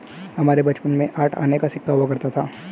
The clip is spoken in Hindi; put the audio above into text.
हमारे बचपन में आठ आने का सिक्का हुआ करता था